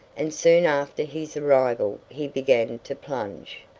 and soon after his arrival he began to plunge.